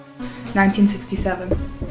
1967